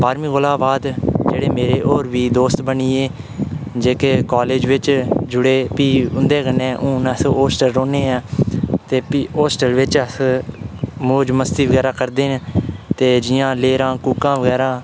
बारह्मीं कोला बाद जेह्ड़े मेरे होर बी दोस्त बनियै जेह्के काॅलेज बिच जुड़े प्ही उं'दे कन्नै हू'न अस हाॅस्टल रौह्न्ने आं ते प्ही हाॅस्टल बिच अस मौज़ मस्ती बगैरा करदे आं ते जि'यां लैह्रां कूकां बगैरा